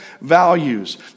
values